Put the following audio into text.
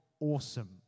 awesome